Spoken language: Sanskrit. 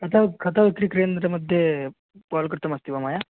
कताव् खतावत्रिकेन्द्रमध्ये कोळ् कृतमस्ति वा मया